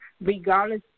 regardless